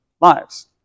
lives